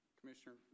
Commissioner